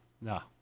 No